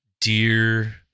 Dear